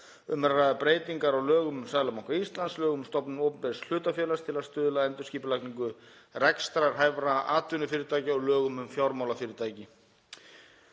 að ræða breytingar á lögum um Seðlabanka Íslands, lögum um stofnun opinbers hlutafélags til að stuðla að endurskipulagningu rekstrarhæfra atvinnufyrirtækja og lögum um fjármálafyrirtæki.